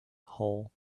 hole